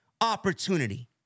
opportunity